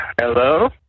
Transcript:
Hello